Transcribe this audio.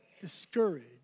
discouraged